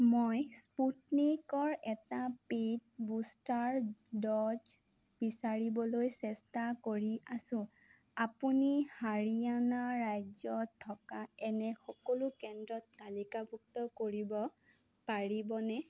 মই স্পুটনিকৰ এটা পেইড বুষ্টাৰ ড'জ বিচাৰিবলৈ চেষ্টা কৰি আছোঁ আপুনি হাৰিয়ানা ৰাজ্যত থকা এনে সকলো কেন্দ্ৰ তালিকাভুক্ত কৰিব পাৰিবনে